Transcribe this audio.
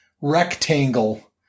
Rectangle